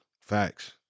Facts